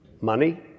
Money